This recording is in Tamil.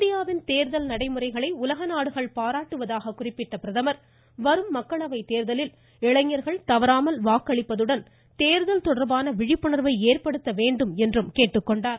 இந்தியாவின் தேர்தல் நடைமுறைகளை உலக நாடுகள் பாராட்டுவதாக குறிப்பிட்ட பிரதமர் வரும் மக்களவை தேர்தலில் இளைஞர்கள் தவறாமல் வாக்களிப்பதுடன் தேர்தல் தொடர்பான விழிப்புணர்வை ஏற்படுத்த வேண்டுமென்றும் கேட்டுக்கொண்டார்